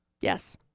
yes